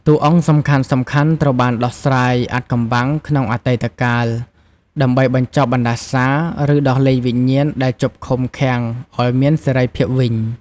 តួអង្គសំខាន់ៗត្រូវបានដោះស្រាយអាថ៌កំបាំងក្នុងអតីតកាល ដើម្បីបញ្ចប់បណ្ដាសា ឬដោះលែងវិញ្ញាណដែលជាប់ឃុំឃាំងអោយមានសេរីភាពវិញ ។